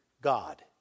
God